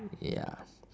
ya